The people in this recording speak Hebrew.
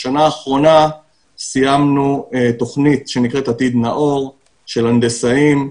בשנה האחרונה סיימנו תוכנית שנקראת "עתיד נאור" של הנדסאים.